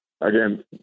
again